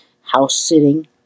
house-sitting